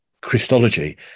Christology